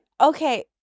okay